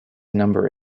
number